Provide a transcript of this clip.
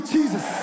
Jesus